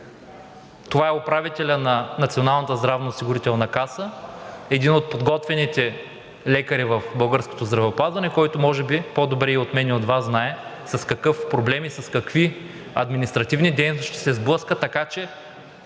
здравноосигурителна каса, един от подготвените лекари в българското здравеопазване, който може би по-добре и от мен, и от Вас знае с какъв проблем, и с какви административни дейности ще се сблъскат.